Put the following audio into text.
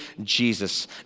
Jesus